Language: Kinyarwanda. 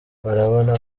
barabona